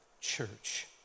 church